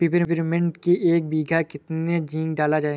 Peppermint की एक बीघा कितना जिंक डाला जाए?